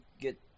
get